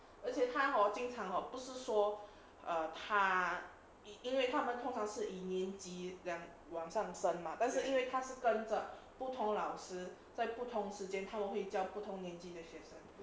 而且他 hor 经常 hor 不是说 err 他因为他们是一年级往上升 mah 但是因为他是跟着不同老师在不同时间他们会教不同年级的学生